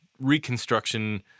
reconstruction